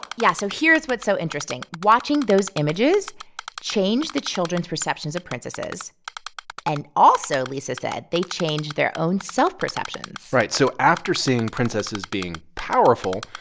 yeah, so here's what's so interesting watching those images changed the children's perceptions of princesses and also, lisa said, they changed their own self-perceptions right. so after seeing princesses being powerful,